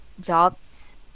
jobs